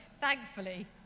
Thankfully